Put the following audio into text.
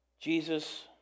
Jesus